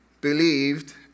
believed